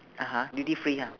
(uh huh) duty free ha